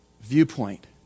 viewpoint